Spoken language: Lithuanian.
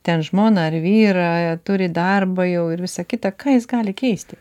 ten žmoną ar vyrą turi darbą jau ir visa kita ką jis gali keisti